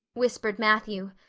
whispered matthew,